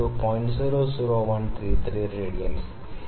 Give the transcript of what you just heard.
00133 radians ഇത്രയും റേഡിയൻസും